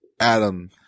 Adam